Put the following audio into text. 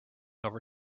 over